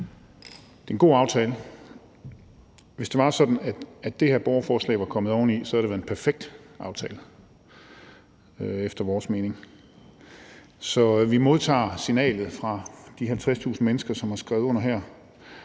Det er en god aftale. Hvis det var sådan, at det her borgerforslag var kommet oven i det, så havde det været en perfekt aftale efter vores mening. Så vi modtager signalet fra de 50.000 mennesker, som har skrevet under her,